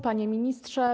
Panie Ministrze!